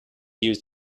used